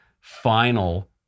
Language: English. final